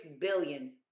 billion